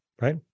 right